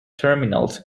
terminals